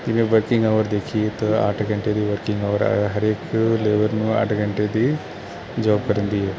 ਜਿਵੇਂ working hour ਦੇਖੀਏ ਤਾਂ ਅੱਠ ਘੰਟੇ ਦੀ ਵਰਕਿੰਗ ਆਵਰ ਹਰੇਕ ਲੇਬਰ ਨੂੰ ਅੱਠ ਘੰਟੇ ਦੀ ਜੋਬ ਕਰਨ ਦੀ ਹੈ